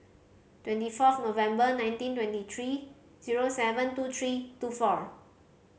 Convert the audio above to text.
twenty fourth November nineteen twenty three zero seven two three two four